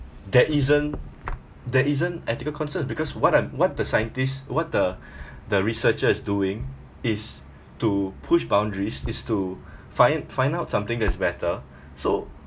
there isn't there isn't ethical concerns because what I'm what the scientists what the the researcher is doing is to push boundaries is to find find out something that is better so